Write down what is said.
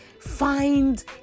find